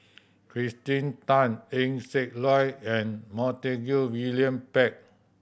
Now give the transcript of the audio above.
Kirsten Tan Eng Siak Loy and Montague William Pett